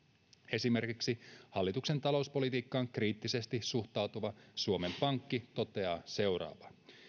esimerkiksi hallituksen talouspolitiikkaan kriittisesti suhtautuva suomen pankki toteaa seuraavaa